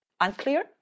unclear